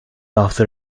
after